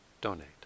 donate